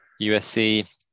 USC